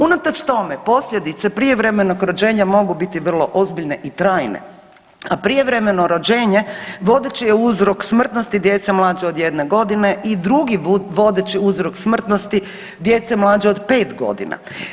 Unatoč tome posljedice prijevremenog rođenja mogu biti vrlo ozbiljne i trajne, a prijevremeno rođenje vodeći je uzrok smrtnosti djece mlađe od 1 godine i drugi vodeći uzrok smrtnosti djece mlađe od 5 godina.